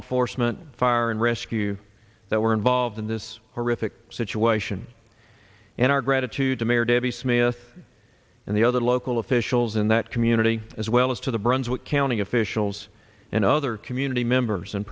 enforcement fire and rescue that were involved in this horrific situation and our gratitude to mayor davey smith and the other local officials in that community as well as to the brunswick county officials and other community members